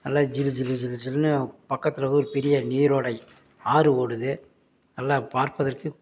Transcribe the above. நல்லா ஜிலு ஜிலு ஜிலு ஜிலுனு பக்கத்தில் ஒரு பெரிய நீரோடை ஆறு ஓடுது நல்லா பார்ப்பதற்கு